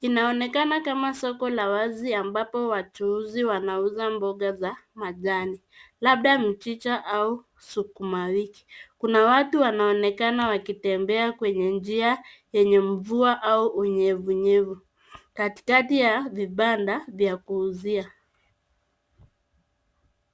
Inaonekana kama soko la wazi ambapo wachuuzi wanauza mboga za majani, labda mchicha au sukumawiki. Kuna watu wanaonekana wakitembea kwenye njia yenye mvua au unyevunyevu, katikati ya vibanda vya kuuzia.